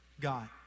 God